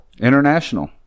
International